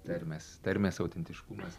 tarmės tarmės autentiškumas